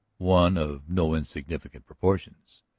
one of no insignificant proportions,